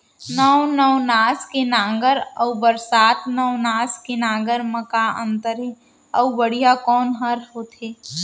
नौ नवनास के नांगर अऊ बरसात नवनास के नांगर मा का अन्तर हे अऊ बढ़िया कोन हर होथे?